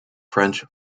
french